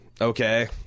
Okay